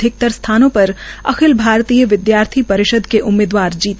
अधिकतर स्थानों पर अखिल भारतीय विदयार्थी परिषद के उम्मीदवार जीते